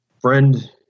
friend